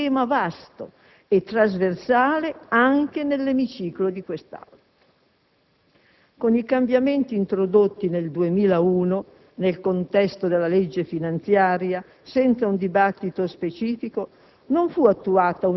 Non vogliamo qui evidenziare le diversità dell'impianto delle proposte presentato dai colleghi di Forza Italia rispetto a quelle di Alleanza Nazionale, evidente per altro nella parte relativa alla composizione della commissione di esame,